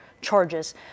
charges